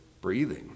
breathing